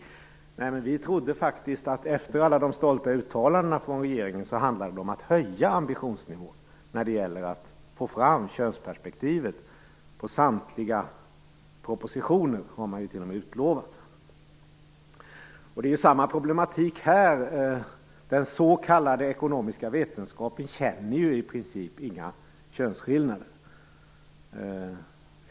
Nej, men vi i Vänsterpartiet trodde faktiskt att det efter alla de stolta uttalandena från regeringen skulle handla om att höja ambitionsnivån när det gäller att få fram könsperspektivet i samtliga propositioner. Det har ju faktiskt t.o.m. utlovats. Det är samma problematik i den s.k. ekonomiska vetenskapen. Den känner i princip inga könsskillnader.